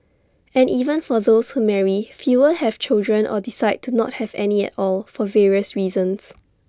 and even for those who marry fewer have children or decide to not have any at all for various reasons